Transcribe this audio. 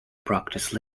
practice